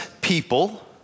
people